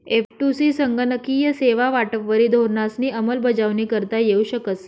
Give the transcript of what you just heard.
एफ.टु.सी संगणकीय सेवा वाटपवरी धोरणंसनी अंमलबजावणी करता येऊ शकस